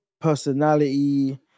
Personality